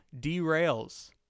derails